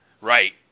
Right